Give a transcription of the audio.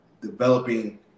developing